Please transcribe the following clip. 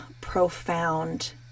profound